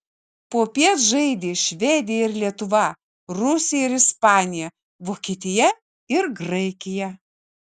popiet žaidė švedija ir lietuva rusija ir ispanija vokietija ir graikija